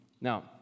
Now